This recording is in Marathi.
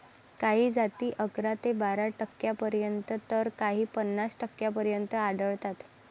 काही जाती अकरा ते बारा टक्क्यांपर्यंत तर काही पन्नास टक्क्यांपर्यंत आढळतात